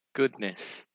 Goodness